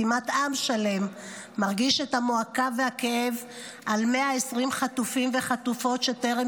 כמעט עם שלם מרגיש את המועקה והכאב על 120 חטופים וחטופות שטרם